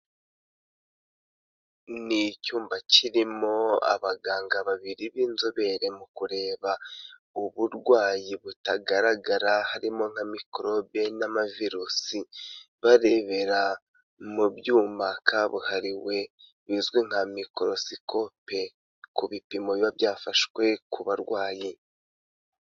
Ni icyuma kirimo abaganga babiri b'inzobere mu kureba uburwayi butagaragara, harimo nka mikorobe n'amavirusi, barebera mu byuma kabuhariwe, bizwi nka mikorosikope, ku bipimo biba byafashwe ku barwayi.